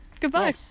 goodbye